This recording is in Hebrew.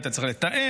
היית צריך לתאם,